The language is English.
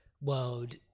world